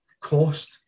cost